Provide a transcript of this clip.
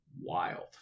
wild